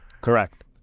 Correct